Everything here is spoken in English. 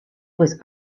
was